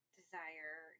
desire